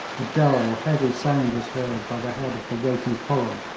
a dull, heavy sound was heard by the head of the waiting column,